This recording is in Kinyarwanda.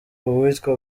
uwitwa